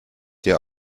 dir